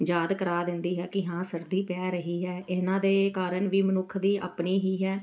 ਯਾਦ ਕਰਾ ਦਿੰਦੀ ਹੈ ਕਿ ਹਾਂ ਸਰਦੀ ਪੈ ਰਹੀ ਹੈ ਇਹਨਾਂ ਦੇ ਕਾਰਨ ਵੀ ਮਨੁੱਖ ਦੀ ਆਪਣੀ ਹੀ ਹੈ